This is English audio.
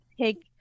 take